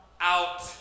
out